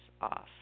off